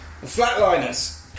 Flatliners